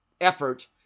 effort